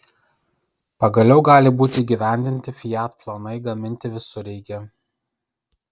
pagaliau gali būti įgyvendinti fiat planai gaminti visureigį